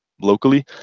locally